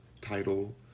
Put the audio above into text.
title